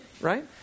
right